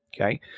Okay